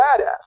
badass